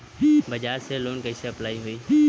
बजाज से लोन कईसे अप्लाई होई?